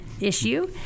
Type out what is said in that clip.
issue